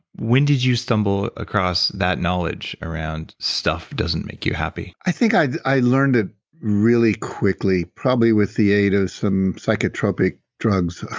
when did you stumble across that knowledge around stuff doesn't make you happy? i think i i learned it really quickly, probably with the aid of some psychotropic drugs.